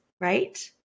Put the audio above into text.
right